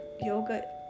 yoga